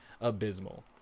abysmal